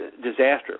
disaster